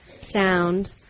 sound